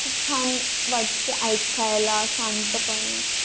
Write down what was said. खूप छान वाटते ते ऐकायला शांतपणे